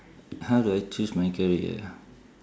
how do I choose my career ah